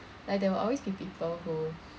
like there will always be people who